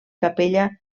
capella